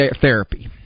Therapy